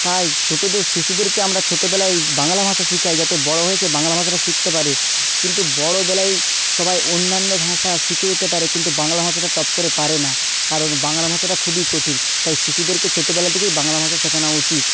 তাই ছোটোদের শিশুদেরকে আমরা ছোটোবেলায় বাংলা ভাষা শিখাই যাতে বড়ো হয়ে সে বাংলা ভাষাটা শিকতে পারে কিন্তু বড়োবেলায় সবাই অন্যান্য ভাষা শিকে যেতে পারে কিন্তু বাংলা ভাষাটা টপ করে পারে না কারণ বাংলা ভাষাটা খুবই কঠিন তাই শিশুদেরকে ছোটোবেলা থেকেই বাংলা ভাষা শেখানো উচিত